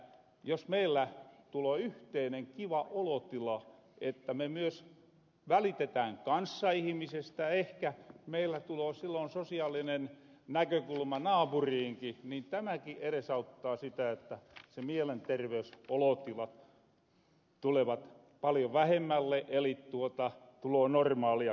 jos meillä tuloo yhteinen kiva olotila että me myös välitetään kanssaihmisestä ehkä meillä tuloo silloin sosiaalinen näkökulma naapuriinki niin tämäki eresauttaa sitä että mielenterveysolotilat tulevat paljon vähemmälle eli tuloo normaalia kanssakäymistä